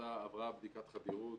עברה בדיקת חדירות,